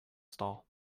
stall